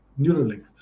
Neuralink